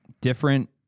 different